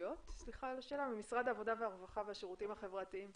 העבודה הרווחה והשירותים החברתיים.